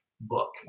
book